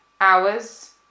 hours